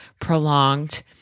prolonged